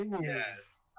Yes